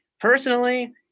Personally